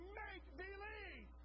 make-believe